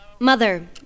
Mother